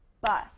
Bus